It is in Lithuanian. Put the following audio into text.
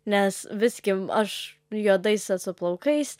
nes viski aš juodais plaukais